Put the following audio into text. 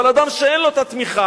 אבל אדם שאין לו התמיכה,